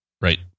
Right